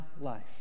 life